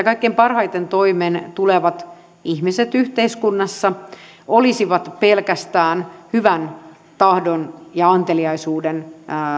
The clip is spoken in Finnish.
kaikkein parhaiten toimeentulevat ihmiset yhteiskunnassa olisivat pelkästään hyvän tahdon ja anteliaisuuden